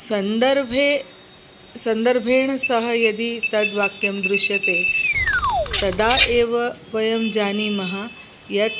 सन्दर्भेण सन्दर्भेण सह यदि तद् वाक्यं दृश्यते तदा एव वयं जानीमः यत्